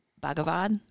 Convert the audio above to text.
Bhagavad